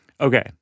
Okay